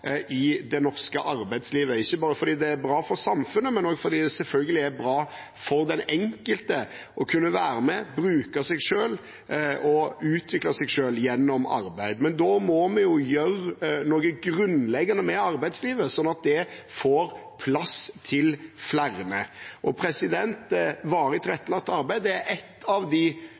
i det norske arbeidslivet. Det er ikke bare fordi det er bra for samfunnet, men også fordi det selvfølgelig er bra for den enkelte å kunne være med, bruke seg selv og utvikle seg selv gjennom arbeid. Da må vi gjøre noe grunnleggende med arbeidslivet sånn at det får plass til flere. Varig tilrettelagt arbeid er et av verktøyene vi har for å kunne slippe flere inn i arbeidslivet når de